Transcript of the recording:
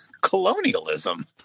Colonialism